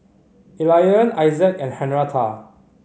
Elian Issac and Henretta